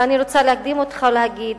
ואני רוצה להקדים אותך ולהגיד